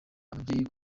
ababyeyi